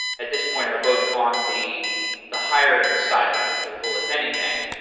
at this point, are both on the the hiring side of the table, if anything.